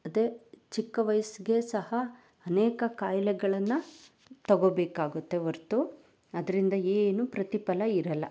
ಅದೇ ಚಿಕ್ಕ ವಯಸ್ಸಿಗೆ ಸಹ ಅನೇಕ ಕಾಯಿಲೆಗಳನ್ನು ತಗೋಬೇಕಾಗುತ್ತೆ ಹೊರ್ತು ಅದರಿಂದ ಏನೂ ಪ್ರತಿಫಲ ಇರಲ್ಲ